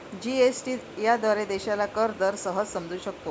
GST याद्वारे देशाला कर दर सहज समजू शकतो